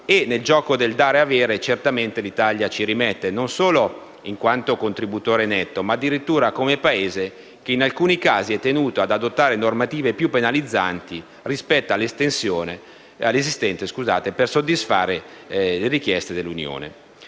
e, nel gioco del dare-avere, certamente l'Italia ci rimette non solo in quanto contributore netto, ma addirittura come Paese che, in alcuni casi, è tenuto ad adottare normative più penalizzanti, rispetto all'esistente, per soddisfare le richieste dell'Unione.